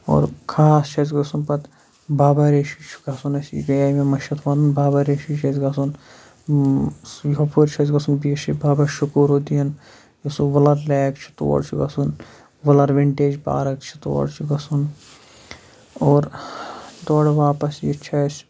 اور خاص چھُ اَسہِ گژھُن پَتہٕ بابا ریشی چھُ گژھُن اَسہِ یہِ گیے مےٚ مٔشیٖد وَنُن بابا ریشی چھُ اَسہِ گژھُن ہُپٲرۍ چھُ اَسہِ گژھُن بابا شٔکوٗرٕ دیٖن یُس سُہ وُلر لیک چھُ تور چھُ گژھُن وُلر ونٹیج پارٕک چھِ تور چھُ گژھُن اور تورٕ واپَس یِتھ چھُ اَسہِ